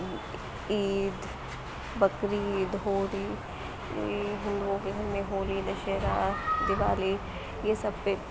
عید بقر عید ہولی عید ہندوؤں میں ہولی دشہرا دیوالی یہ سب پہ